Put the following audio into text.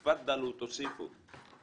תפדלו, תוסיפו.